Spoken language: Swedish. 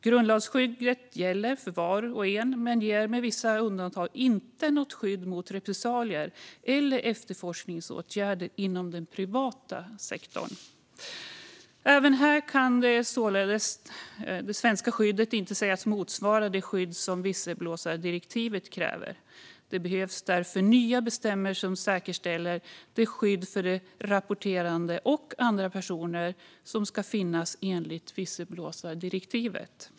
Grundlagsskyddet gäller för var och en men ger med vissa undantag inte något skydd mot repressalier eller efterforskningsåtgärder inom den privata sektorn. Inte heller här kan således det svenska skyddet sägas motsvara det skydd som visselblåsardirektivet kräver. Det behövs därför nya bestämmelser som säkerställer det skydd för rapporterande och andra personer som ska finnas enligt visselblåsardirektivet.